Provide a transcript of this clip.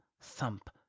thump